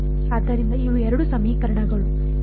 ಆದ್ದರಿಂದ ಇವು 2 ಸಮೀಕರಣಗಳು 2 ಅಸ್ಥಿರಗಳು